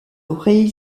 rey